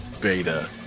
Beta